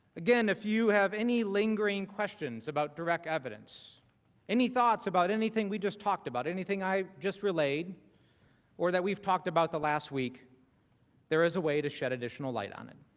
again if you have any lingering questions about direct evidence any thoughts about anything we just talked about anything i'd just relayed or that we've talked about the last week there is a way to shed additional light on